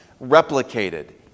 replicated